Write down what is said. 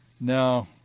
No